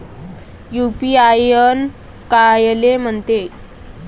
UPI कायले म्हनते?